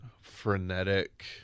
frenetic